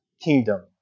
kingdom